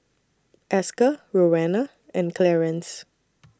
Esker Rowena and Clearence